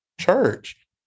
church